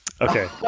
Okay